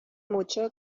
mucho